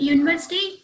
University